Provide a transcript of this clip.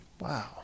Wow